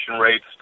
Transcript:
rates